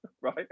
Right